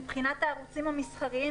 מבחינת הערוצים המסחריים,